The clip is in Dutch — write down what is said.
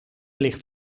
ligt